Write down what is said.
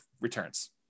returns